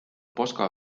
poska